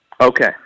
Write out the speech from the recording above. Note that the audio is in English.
Okay